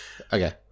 Okay